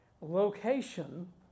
location